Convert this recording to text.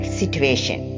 situation